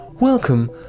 welcome